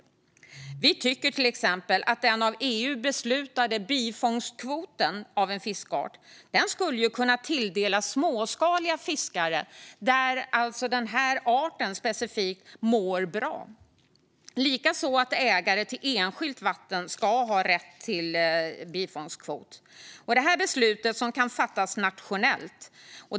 Moderaterna tycker till exempel att den av EU beslutade bifångstkvoten av en fiskart skulle kunna tilldelas småskaliga fiskare som fiskar där den arten mår bra. Likaså ska ägare till enskilt vatten ha rätt till bifångstkvot. Detta är ett beslut som kan fattas nationellt.